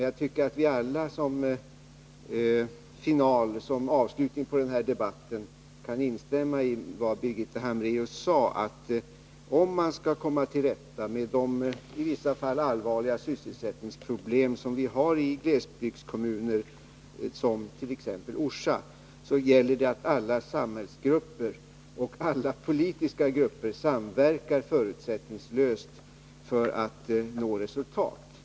Jag tycker att vi alla som avslutning på den här debatten kan instämma i vad Birgitta Hambraeus sade, nämligen att om man skall komma till rätta med de i vissa fall allvarliga sysselsättningsproblem som vi har i glesbygdskommuner som t.ex. Orsa, gäller det att alla samhällsgrupper och alla politiska grupper samverkar förutsättningslöst för att nå resultat.